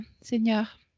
Seigneur